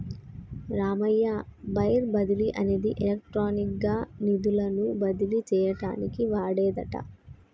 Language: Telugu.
రామయ్య వైర్ బదిలీ అనేది ఎలక్ట్రానిక్ గా నిధులను బదిలీ చేయటానికి వాడేదట